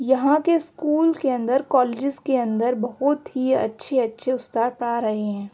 یہاں کے اسکول کے اندر کالجز کے اندر بہت ہی اچھے اچھے استاد پڑھا رہے ہیں